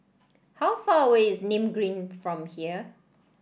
how far away is Nim Green from here